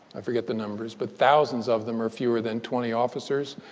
i forget the numbers. but thousands of them are fewer than twenty officers.